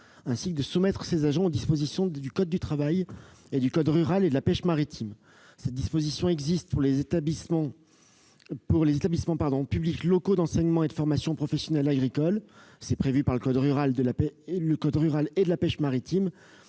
et à soumettre ces agents aux dispositions du code du travail et du code rural et de la pêche maritime. Cette disposition existe pour les établissements publics locaux d'enseignement et de formation professionnelle agricole, en application du code rural et de la pêche maritime.